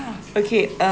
okay uh